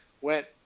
went